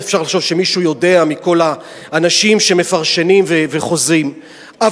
אפשר לחשוב שמישהו מכל האנשים שמפרשנים וחוזים יודע,